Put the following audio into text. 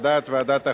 על דעת ועדת החוקה,